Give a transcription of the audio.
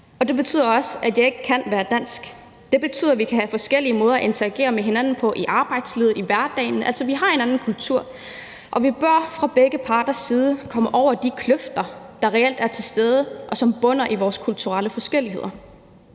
og det betyder også, at jeg ikke kan være dansk. Det betyder, at vi kan have forskellige måder at interagere med hinanden på i arbejdslivet, i hverdagen. Altså, vi har en anden kultur, og vi bør fra begge parters side komme over de kløfter, der reelt er til stede, og som bunder i vores kulturelle forskelligheder.